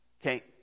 Okay